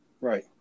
Right